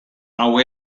hau